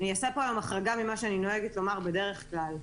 אני אעשה פה החרגה ממה שאני נוהגת לומר בדרך כלל.